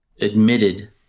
admitted